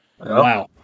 Wow